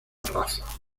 raza